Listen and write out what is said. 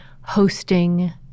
hosting